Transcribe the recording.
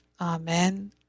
amen